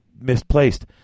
misplaced